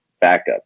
backup